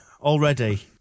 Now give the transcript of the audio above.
already